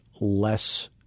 less